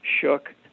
shook